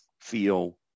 feel